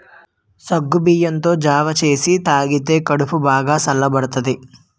సగ్గుబియ్యంతో జావ సేసి తాగితే కడుపు బాగా సల్లబడతాది